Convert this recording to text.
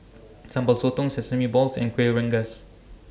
Sambal Sotong Sesame Balls and Kuih Rengas